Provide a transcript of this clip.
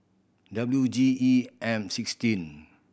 W G E M sixteen